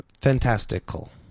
fantastical